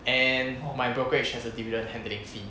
and my brokerage has a dividend handling fee